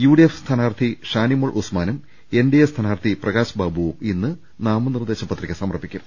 U D F സ്ഥാനാർത്ഥി ഷാനി മോൾ ഉസ്മാനും N D A സ്ഥാനാർത്ഥി പ്രകാശ് ബാബുവും ഇന്ന് നാമനിർദ്ദേശപത്രിക സമർപ്പിക്കും